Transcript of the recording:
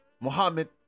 Mohammed